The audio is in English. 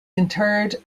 interred